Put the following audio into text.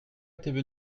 étaient